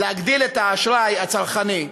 להגדיל את האשראי הצרכני.